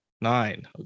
Nine